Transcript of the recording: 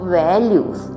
values